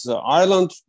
Ireland